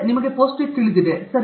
ನಿಮಗೆ PostIt ತಿಳಿದಿದೆ ಸರಿ